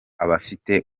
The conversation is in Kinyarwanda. abafite